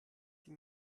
sie